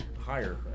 Higher